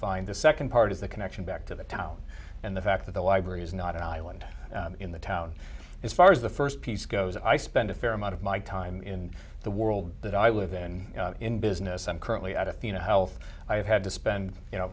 defined the second part is the connection back to the town and the fact that the library is not an island in the town as far as the first piece goes i spend a fair amount of my time in the world that i live in in business i'm currently out athenahealth i have had to spend you know